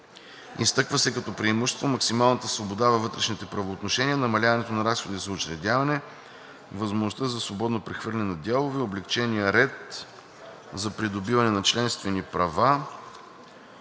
Изтъква се като преимущество максималната свобода във вътрешните правоотношения, намаляването на разходите за учредяване, възможността за свободното прехвърляне на дялове, облекченият ред за придобиване на членствени права